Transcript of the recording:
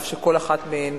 סליחה,